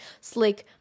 slick